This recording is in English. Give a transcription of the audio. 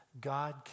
God